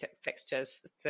fixtures